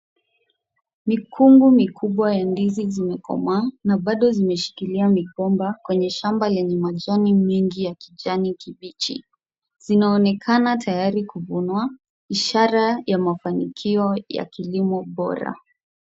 Mikungu mikubwa ya ndizi zimekomaa na bado zimeshikilia migomba kwenye shamba lenye majani mengi ya kijani kibichi. Zinaonekana tayari kuvunwa, ishara ya mafanikio ya kilimo bora.